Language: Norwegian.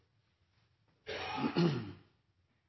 han